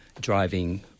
driving